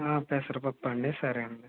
పెసరపప్పు అండి సరే అండి